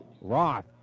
Roth